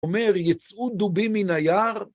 אומר, יצאו דובים מן היער?